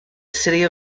city